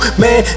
man